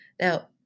Now